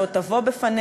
שעוד תבוא בפנינו.